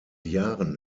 jahren